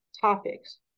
topics